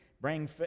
bring